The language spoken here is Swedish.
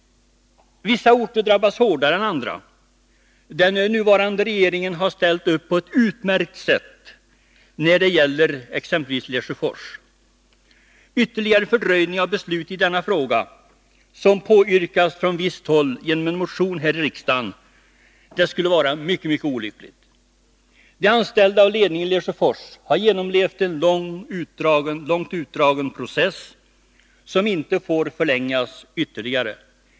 Vissa orter drabbas hårdare än andra. Den nuvarande regeringen har ställt upp på ett utmärkt sätt när det gäller Lesjöfors. Ytterligare fördröjning av beslutet i denna fråga, som påyrkas från visst håll genom en motion här i riksdagen, skulle vara mycket olycklig. De anställda och ledningen i Lesjöfors har genomlevt en långt utdragen process, som inte får förlängas ytterligare.